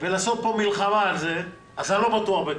ולעשות פה מלחמה על זה, אז אני לא בטוח בכלום,